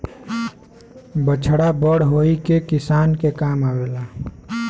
बछड़ा बड़ होई के किसान के काम आवेला